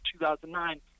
2009